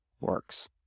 works